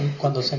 Cuando